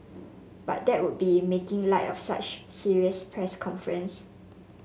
but that would be making light of such a serious press conference